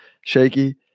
shaky